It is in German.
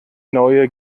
neue